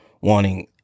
wanting